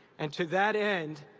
and to that end,